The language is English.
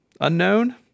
unknown